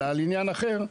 אלא על עניין אחר,